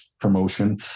promotion